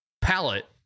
palette